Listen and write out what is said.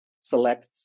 select